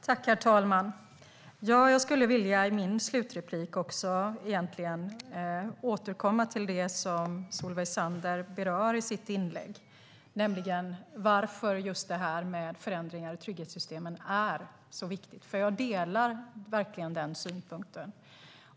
Herr talman! Jag skulle i mitt slutinlägg vilja återkomma till något som Solveig Zander berört, nämligen varför det här med förändringar i trygghetssystemen är så viktigt. Jag delar verkligen synpunkten.